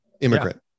immigrant